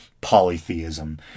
polytheism